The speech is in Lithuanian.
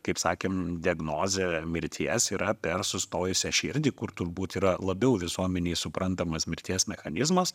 kaip sakėm diagnozė mirties yra per sustojusią širdį kur turbūt yra labiau visuomenei suprantamas mirties mechanizmas